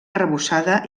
arrebossada